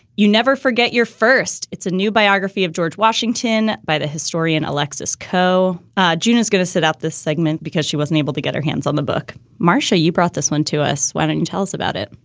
you never forget your first. it's a new biography of george washington by the historian alexis. ah june is going to sit out this segment because she wasn't able to get her hands on the book. marcia, you brought this one to us. why don't you tell us about it?